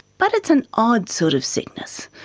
but it's an odd sort of sickness.